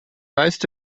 most